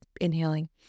inhaling